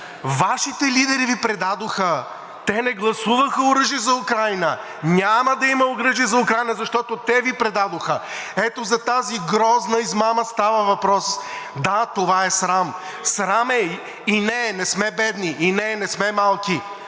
„Вашите лидери Ви предадоха. Те не гласуваха оръжие за Украйна. Няма да има оръжие за Украйна, защото те Ви предадоха.“ Ето за тази грозна измама става въпрос. Да, това е срам. Срам е, и не, не сме бедни, и не, не сме малки,